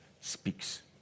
speaks